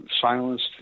silenced